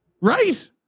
right